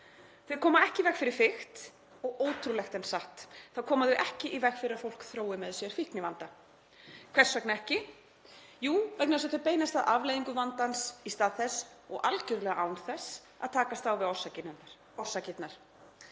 Þau koma ekki í veg fyrir fikt og ótrúlegt en satt, þá koma þau ekki í veg fyrir að fólk þrói með sér fíknivanda. Hvers vegna ekki? Jú, vegna þess að þau beinast að afleiðingum vandans í stað þess og algerlega án þess að takast á við orsakirnar.